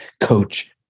coach